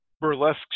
burlesque